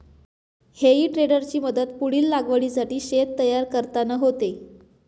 हेई टेडरची मदत पुढील लागवडीसाठी शेत तयार करताना होते